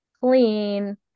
clean